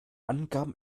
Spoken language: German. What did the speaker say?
angaben